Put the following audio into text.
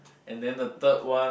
and then the third one